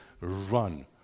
run